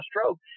stroke